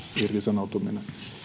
irtisanoutuminen